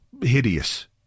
hideous